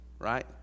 Right